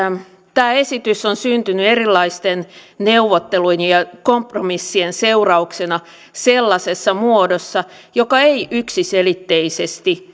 tämä esitys on syntynyt erilaisten neuvottelujen ja kompromissien seurauksena sellaisessa muodossa joka ei yksiselitteisesti